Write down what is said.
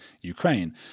Ukraine